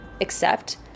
accept